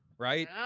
Right